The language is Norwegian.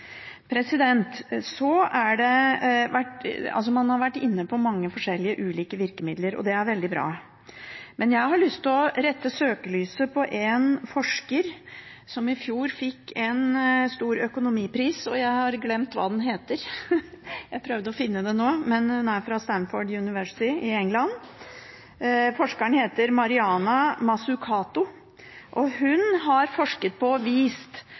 Man har vært inne på mange forskjellige virkemidler, og det er veldig bra. Men jeg har lyst til å rette søkelyset mot en forsker som i fjor fikk en stor økonomipris, jeg har glemt hva den heter, men den er fra Stanford University i England. Forskeren heter Mariana Mazzucato, og hun har forsket på og vist